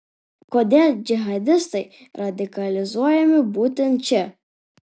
kodėl džihadistai radikalizuojami būtent čia